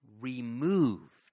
removed